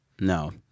no